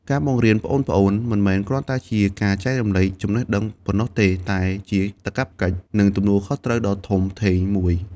ការបង្រៀនប្អូនៗមិនមែនគ្រាន់តែជាការចែករំលែកចំណេះដឹងប៉ុណ្ណោះទេ តែជាកាតព្វកិច្ច និងទំនួលខុសត្រូវដ៏ធំធេងមួយ។